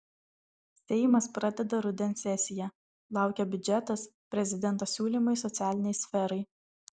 seimas pradeda rudens sesiją laukia biudžetas prezidento siūlymai socialinei sferai